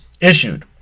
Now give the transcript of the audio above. issued